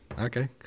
Okay